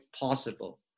possible